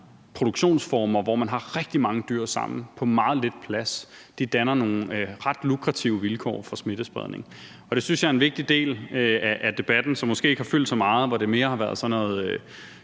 produktionsformer, hvor man har rigtig mange dyr samlet på meget lidt plads, danner nogle ret lukrative vilkår for smittespredning. Det synes jeg er en vigtig del af debatten, som måske ikke har fyldt så meget, hvor det mere har været sådan noget